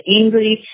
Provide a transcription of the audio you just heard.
angry